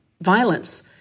violence